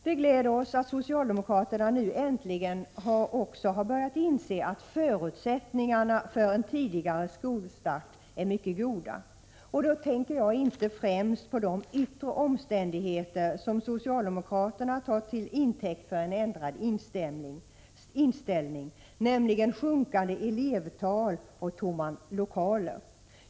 Det gläder oss att socialdemokraterna nu äntligen också har börjat inse att förutsättningarna för en tidigare skolstart är mycket goda, och då tänker jag inte främst på de yttre omständigheter som socialdemokraterna tar till intäkt för en ändrad inställning, nämligen sjunkande elevtal och tomma lokaler.